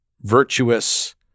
virtuous